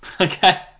Okay